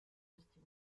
austin